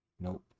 nope